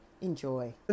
Enjoy